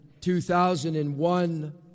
2001